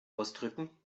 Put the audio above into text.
ausdrücken